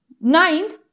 Ninth